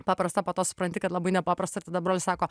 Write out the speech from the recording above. paprasta po to supranti kad labai nepaprasta ir tada brolis sako